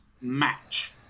match